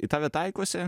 į tave taikosi